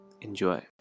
enjoy